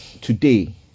today